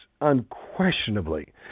unquestionably